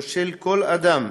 או של כל אדם